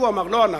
הוא אמר, לא אנחנו.